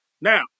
Now